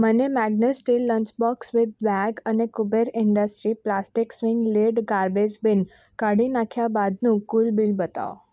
મને Magnus steel lunch box with bag અને Kuber industry plastic swing lid garbage bin કાઢી નાંખ્યા બાદનું કુલ બિલ બતાવો